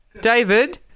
David